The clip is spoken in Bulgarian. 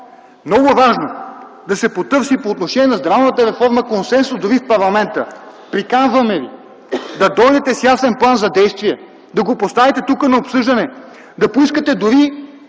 Много е важно да се потърси консенсус по отношение на здравната реформа дори в парламента. Приканваме Ви да дойдете с ясен план за действие, да го поставите на обсъждане тук, да поискате дори